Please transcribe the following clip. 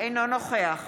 אינו נוכח